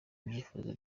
ibyifuzo